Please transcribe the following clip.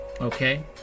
Okay